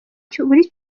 cyumweru